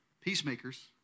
Peacemakers